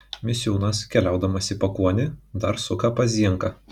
misiūnas keliaudamas į pakuonį dar suka pas zienką